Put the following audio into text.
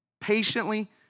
patiently